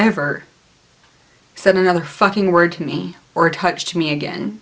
ever said another fucking word to me or touched me again